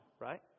Right